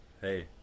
hey